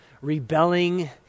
rebelling